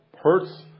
hurts